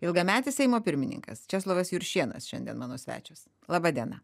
ilgametis seimo pirmininkas česlovas juršėnas šiandien mano svečias laba diena